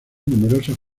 numerosas